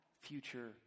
future